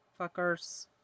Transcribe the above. fuckers